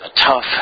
tough